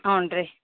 ಹ್ಞೂಂ ರೀ